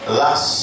last